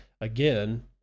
again